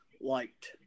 liked